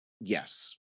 Yes